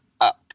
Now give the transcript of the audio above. up